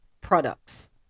products